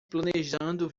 planejando